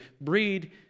breed